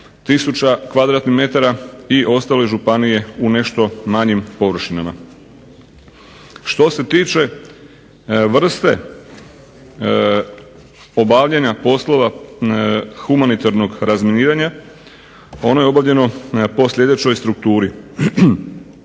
tisuća m2 i ostale županije u nešto manjim površinama. Što se tiče vrste obavljanja poslova humanitarnog razminiranja, ono je obavljeno po sljedećoj strukturi.